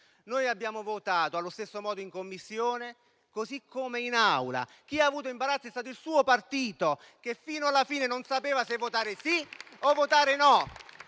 noi abbiamo votato allo stesso modo in Commissione e in Aula. Chi ha avuto imbarazzo è stato il suo partito, che fino alla fine non sapeva se votare sì o votare no.